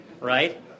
Right